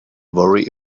worry